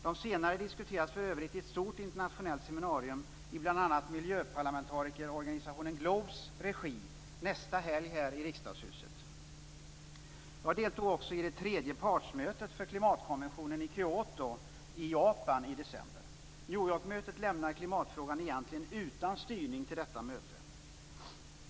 De senare diskuteras för övrigt i ett stort internationellt seminarium i bl.a. miljöparlamentarikerorganisationen Globes regi nästa helg här i Jag deltog också i det tredje partsmötet för klimatkonventionen i Kyoto i Japan i december. New York-mötet lämnade klimatfrågan egentligen utan styrning till detta möte.